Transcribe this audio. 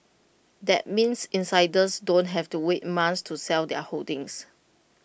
that means insiders don't have to wait months to sell their holdings